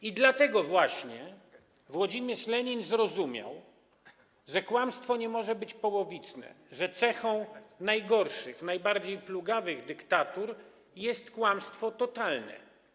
I dlatego właśnie Włodzimierz Lenin zrozumiał, że kłamstwo nie może być połowiczne, że cechą najgorszych, najbardziej plugawych dyktatur jest kłamstwo totalne.